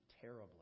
terribly